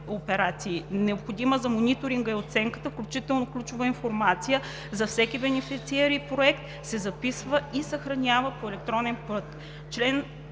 необходима за мониторинга и оценката, включително ключова информация за всеки бенефициер и проект се записва и съхранява по електронен път;